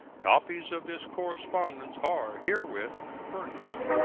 copies of this correspondence are herewith furnished.